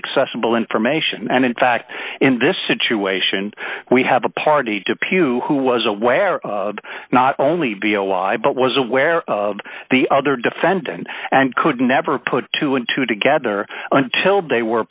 accessible information and in fact in this situation we have a party to puke who was aware of not only b o y but was aware of the other defendant and could never put two and two together until they were